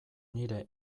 nire